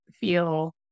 feel